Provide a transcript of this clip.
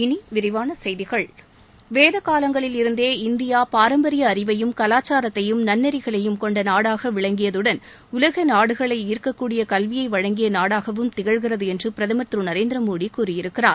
இனி விரிவான செய்திகள் வேத காலங்களில் இருந்தே இந்தியா பாரம்பரிய அறிவையும் கலாச்சாரததையும் நன்னெறிகளையும் கொண்ட நாடாக விளங்கியதுடன் உலக நாடுகளை ஈர்க்க்கூடிய கல்வியை வழங்கிய நாடாகவும் திகழ்ந்தது என்று பிரதமர் திரு நரேந்திரமோடி கூறியிருக்கிறார்